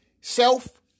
Self